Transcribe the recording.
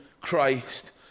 Christ